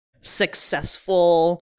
successful